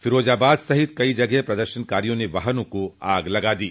फिरोजाबाद सहित कई जगह प्रदर्शनकारियों ने वाहनों को आग लगा दी